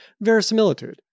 Verisimilitude